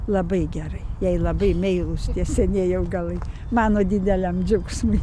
labai gerai jai labai meilūs tie senieji augalai mano dideliam džiaugsmui